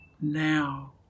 now